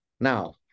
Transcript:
now